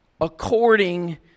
according